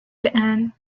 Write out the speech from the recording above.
الآن